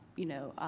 you know,